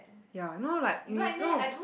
ya no like you no